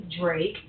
Drake